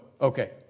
Okay